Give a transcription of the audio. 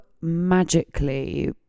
magically